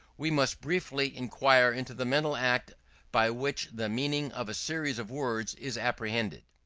we must briefly inquire into the mental act by which the meaning of a series of words is apprehended.